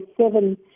seven